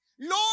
Lord